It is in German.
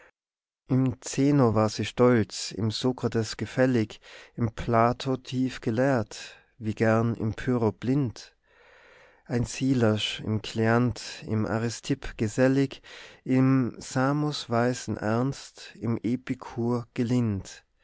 im zeno war sie stolz im socrates gefällig im plato tiefgelehrt wie gern im pyrrho blind einsiedlerisch im eleanth in aristipp gesellig in samos weisen ernst im epicur